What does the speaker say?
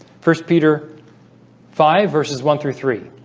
first peter five verses one through three